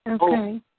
Okay